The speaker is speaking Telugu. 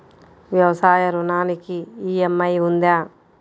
వ్యవసాయ ఋణానికి ఈ.ఎం.ఐ ఉందా?